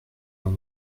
jean